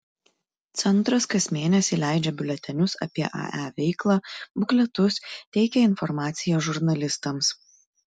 centras kas mėnesį leidžia biuletenius apie ae veiklą bukletus teikia informaciją žurnalistams